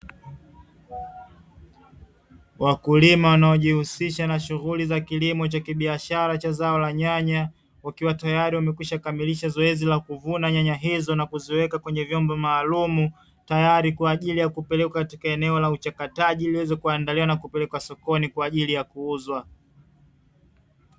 Wakulima wanaojihusisha na shughuli za kilimo cha kibiashara cha zao la nyanya wakiwa tayari wamekwishakamilisha zoezi la kuvuna nyanya hizo na kuziweka kwenye vyombo maalum tayari kwa ajili ya kupelekwa katika eneo la uchakataji niweze kuwaandaliwa na kupelekwa sokoni kwa ajili ya kuuzwa.